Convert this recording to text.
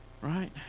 right